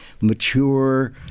mature